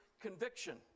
conviction